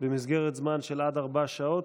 במסגרת זמן של עד ארבע שעות,